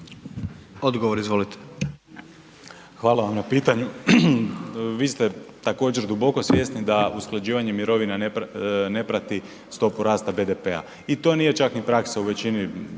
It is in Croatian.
**Aladrović, Josip** Hvala vam na pitanju. Vi ste također duboko svjesni da usklađivanje mirovina ne prati stopu rasta BDP-a i to nije čak ni praksa u većini